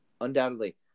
Undoubtedly